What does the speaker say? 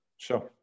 Sure